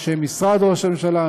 אנשי משרד ראש הממשלה,